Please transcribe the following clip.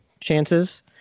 chances